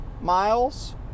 miles